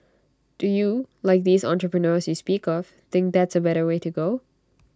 do you like these entrepreneurs you speak of think that's A better way to go